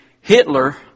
Hitler